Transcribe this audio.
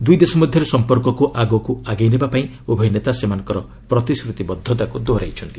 ଦୁଇ ଦେଶ ମଧ୍ୟରେ ସମ୍ପର୍କକୁ ଆଗକୁ ଆଗେଇ ନେବା ପାଇଁ ଉଭୟ ନେତା ସେମାନଙ୍କ ପ୍ରତିଶ୍ରତିବଦ୍ଧତାକୁ ଦୋହରାଇଛନ୍ତି